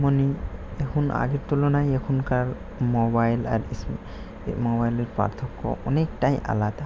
মানে এখন আগের তুলনায় এখনকার মোবাইল আর মোবাইলের পার্থক্য অনেকটাই আলাদা